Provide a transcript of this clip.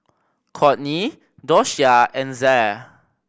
Cortney Doshia and Zaire